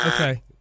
Okay